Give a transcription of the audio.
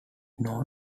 known